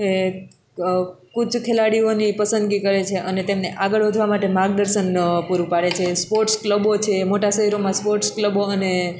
એક કૂચ ખેલાડીઓની પસંદગી કરે છે અને તેમને આગળ વધવા માટે માર્ગદર્શન પૂરું પાડે છે સ્પોર્ટ્સ ક્લબો છે મોટા શહેરોમાં સ્પોર્ટ્સ ક્લબો અને